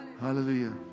Hallelujah